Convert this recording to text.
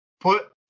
Put